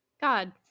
God